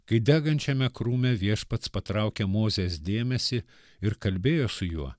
kai degančiame krūme viešpats patraukia mozės dėmesį ir kalbėjo su juo